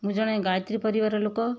ମୁଁ ଜଣେ ଗାୟତ୍ରୀ ପରିବାରର ଲୋକ